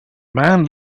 man